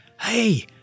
hey